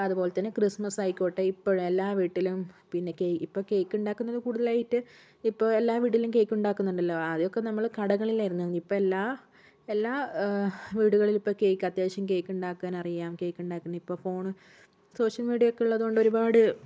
അതുപോലെ തന്നെ ക്രിസ്തുമസ്സ് ആയിക്കോട്ടെ ഇപ്പോഴും എല്ലാ വീട്ടിലും പിന്നെ കെയ്ക്ക് ഇപ്പോൾ കെയ്ക്കുണ്ടാകുന്നത് കൂടുതലായിട്ട് ഇപ്പോൾ എല്ലാ വീട്ടിലും കെയ്ക്ക് ഉണ്ടാക്കുന്നുണ്ടല്ലോ ആദ്യമൊക്കെ നമ്മള് കടകളിലായിരുന്നു ഇപ്പോൾ എല്ലാ എല്ലാ ഏഹ് വീടുകളിലും ഇപ്പോൾ കെയ്ക്ക് അത്യാവശ്യം കെയ്ക്ക് ഉണ്ടാക്കാനറിയാം കെയ്ക്ക് ഉണ്ടാക്കുന്നത് ഇപ്പോൾ ഫോൺ സോഷ്യൽ മീഡിയ ഒക്കെ ഉള്ളതുകൊണ്ട് ഒരുപാട്